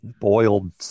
boiled